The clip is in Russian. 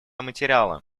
материала